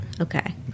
okay